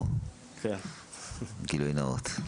גילוי נאות.